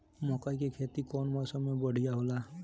मकई के खेती कउन मौसम में बढ़िया होला?